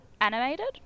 animated